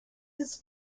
his